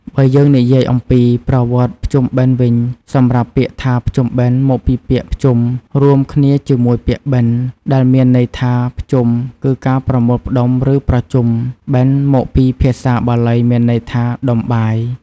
បើយើងនិយាយអំពីប្រវត្តិបុណ្យភ្ជុំបិណ្ឌវិញ សម្រាប់ពាក្យថា “ភ្ជុំបិណ្ឌ” មកពីពាក្យ “ភ្ជុំ” រួមគ្នាជាមួយពាក្យ “បិណ្ឌ” ដែលមានន័យថា ភ្ជុំគឺការប្រមូលផ្តុំ ឬប្រជុំបិណ្ឌ មកពីភាសាបាលីមានន័យថា “ដុំបាយ” ។